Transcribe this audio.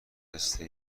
پسته